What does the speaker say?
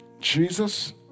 Jesus